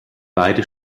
beide